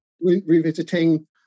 revisiting